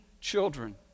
children